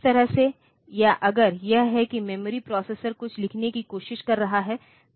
तो इस तरह से या अगर यह है कि मेमोरी प्रोसेसर कुछ लिखने की कोशिश कर रहा है